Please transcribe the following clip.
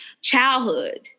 childhood